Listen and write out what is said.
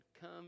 come